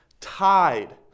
tied